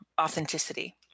authenticity